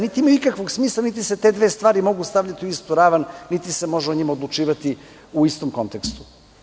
Niti imaju nikakvog smisla, niti se te dve stvari mogu stavljati u istu ravan, niti se može o njima odlučivati u istom kontekstu.